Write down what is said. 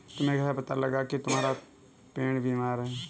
तुम्हें कैसे पता लगा की तुम्हारा पेड़ बीमार है?